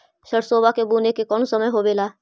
सरसोबा के बुने के कौन समय होबे ला?